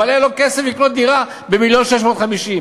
אבל אין לו כסף לקנות דירה במיליון ו-650,000,